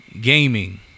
gaming